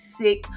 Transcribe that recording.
sick